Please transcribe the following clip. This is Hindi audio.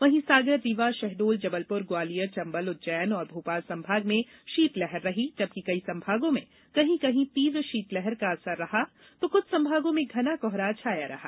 वहीं सागर रीवा शहडोल जबलपुर ग्वालियर चंबल उज्जैन और भोपाल संभाग में शीतलहर रही जबकि कई संभागों में कहीं कहीं तीव्र शीतलहर का असर रहा तो कुछ संभागों में घना कोहरा छाया रहा